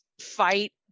fight